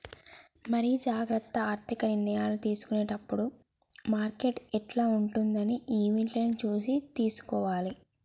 మరి జాగ్రత్త ఆర్థిక నిర్ణయాలు తీసుకునేటప్పుడు మార్కెట్ యిట్ల ఉంటదని ఈవెంట్లను చూసి తీసుకోవాలి